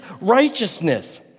righteousness